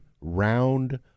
round